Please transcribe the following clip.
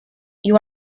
you